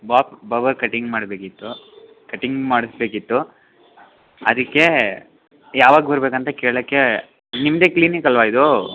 Bob ಬವರ್ cutting ಮಾಡಬೇಕಿತ್ತು cutting ಮಾಡಿಸಬೇಕಿತ್ತು ಅದಕ್ಕೇ ಯಾವಾಗ ಬರಬೇಕಂತ ಕೆಳೊಕ್ಕೆ ನಿಮ್ಮದೆ ಕ್ಲಿನಿಕ್ ಅಲ್ವ ಇದು